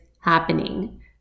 happening